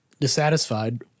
dissatisfied